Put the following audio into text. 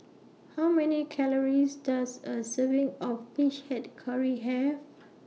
How Many Calories Does A Serving of Fish Head Curry Have